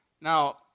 Now